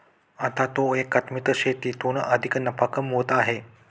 आता तो एकात्मिक शेतीतून अधिक नफा कमवत आहे